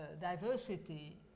diversity